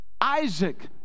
Isaac